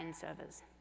servers